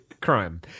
crime